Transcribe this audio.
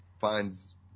finds